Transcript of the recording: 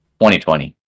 2020